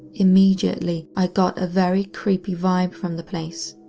immediately, i got a very creepy vibe from the place.